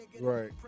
right